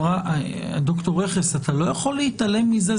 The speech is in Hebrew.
אבל ד"ר רכס, אתה לא יכול להתעלם מזה.